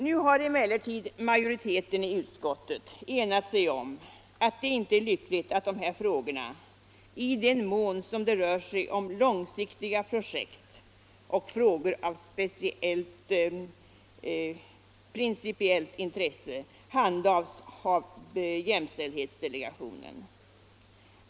Nu har emellertid majoriteten i utskottet enat sig om att det inte är lyckligt att de här frågorna, i den mån det rör sig om långsiktiga projekt och frågor av principiellt intresse, handhas av jämställdhetsdelegationen.